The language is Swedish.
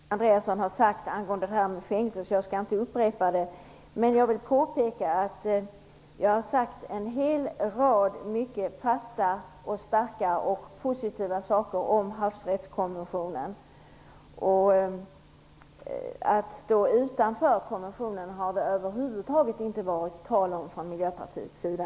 Herr talman! Jag skulle egentligen säga samma sak som Kia Andreasson har sagt angående fängelse, men jag skall inte upprepa det. Jag vill dock påpeka att vi har sagt en hel rad mycket fasta, starka och positiva saker om Havsrättskonventionen. Att stå utanför konventionen har det över huvud taget inte varit tal om från Miljöpartiets sida.